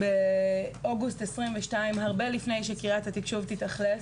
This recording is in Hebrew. באוגוסט 2022, הרבה לפני שקריית התקשוב תתאכלס,